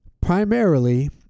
primarily